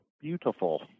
beautiful